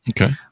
Okay